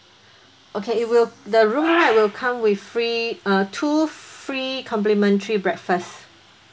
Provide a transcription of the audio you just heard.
okay it will the room right will come with free uh two free complementary breakfast